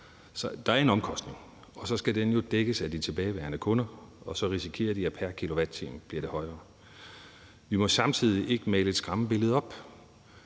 Der er en omkostning, og så skal den jo dækkes af de tilbageværende kunder, og så risikerer de, at prisen bliver højere pr. kilowatt-time. Vi må samtidig ikke male et skræmmebillede op.